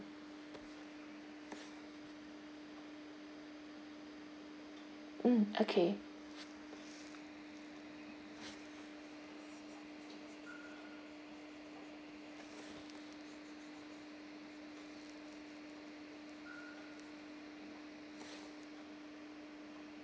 mm okay